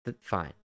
Fine